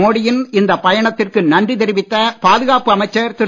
மோடியின் இந்த பயணத்திற்கு நன்றி தெரிவித்த பாதுகாப்பு அமைச்சர் திரு